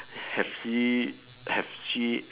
have he have she